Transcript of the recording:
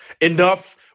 enough